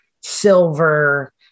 silver